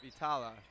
Vitala